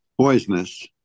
Poisonous